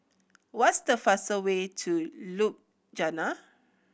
what is the fastest way to Ljubljana